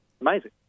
Amazing